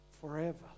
Forever